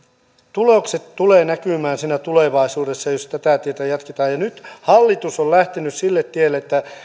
tulokset tulevat näkymään tulevaisuudessa jos tätä tietä jatketaan nyt hallitus on lähtenyt sille tielle että